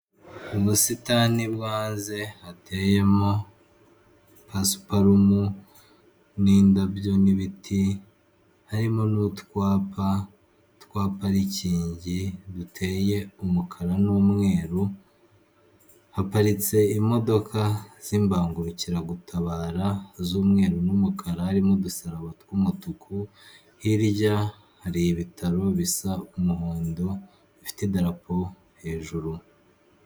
Ubusitani bwo hanze hateyemo pasiparumu n'indabyo n'ibiti harimo n'utwapa twa parikingi duteye umukara n'umweru haparitse imodoka z'imbangukiragutabara z'umweru n'umukara harimo udusaraba tw'umutuku hirya hari ibitaro bisa umuhondo bifite idarapo hejuru.